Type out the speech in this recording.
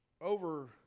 over